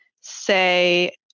say